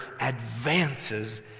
advances